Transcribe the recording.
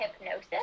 hypnosis